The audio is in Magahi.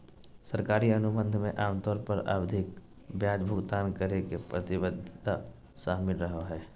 सरकारी अनुबंध मे आमतौर पर आवधिक ब्याज भुगतान करे के प्रतिबद्धता शामिल रहो हय